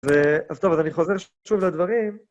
אז טוב, אז אני חוזר שוב לדברים.